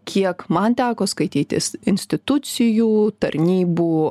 kiek man teko skaitytis institucijų tarnybų